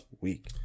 week